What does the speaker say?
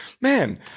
man